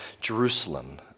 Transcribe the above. Jerusalem